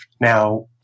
Now